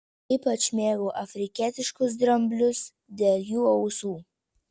ypač mėgau afrikietiškus dramblius dėl jų ausų